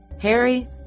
Harry